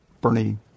Bernie